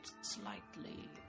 slightly